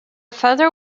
father